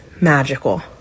magical